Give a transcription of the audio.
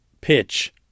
pitch